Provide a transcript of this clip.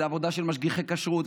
זו עבודה של משגיחי כשרות,